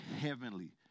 heavenly